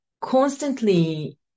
constantly